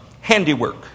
Handiwork